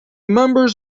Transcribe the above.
members